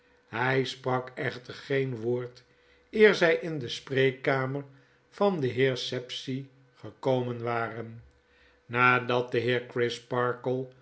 hij sprak echter geen woord eer zij in de spreekkamer van den heer sapsea gekomen waren nadat de heer